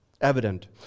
evident